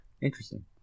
Interesting